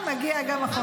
לאט-לאט מגיע גם החוק הזה.